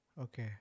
Okay